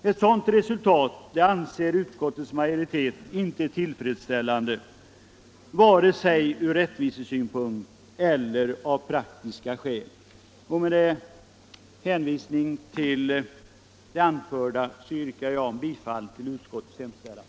Ett sådant resultat anser utskottets majoritet inte tillfredsställande vare sig ur rättvisesynpunkt eller av praktiska skäl. Med hänvisning till det anförda yrkar jag bifall till utskottets hemställan.